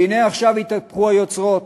והנה עכשיו התהפכו היוצרות.